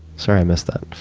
sorry i missed that.